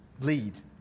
Lead